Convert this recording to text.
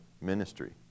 ministry